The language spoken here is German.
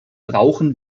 brauchen